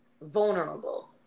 vulnerable